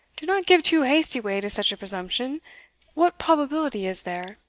do not give too hasty way to such a presumption what probability is there?